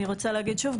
אני רוצה להגיד שוב,